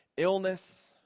illness